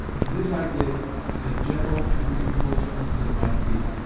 and this i did in as gentle and reasonable terms as might be.